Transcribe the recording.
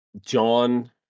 John